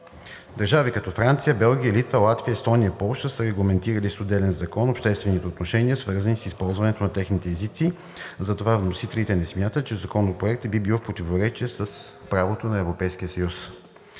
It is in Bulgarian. Държави като Франция, Белгия, Литва, Латвия, Естония, Полша са регламентирали с отделен закон обществени отношения, свързани с използването на техните езици. Затова вносителите не смятат, че Законопроектът би бил в противоречие с правото на Европейския съюз.